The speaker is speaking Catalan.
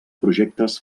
projectes